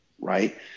right